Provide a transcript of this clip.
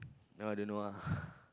now I don't know ah